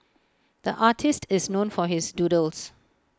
the artist is known for his doodles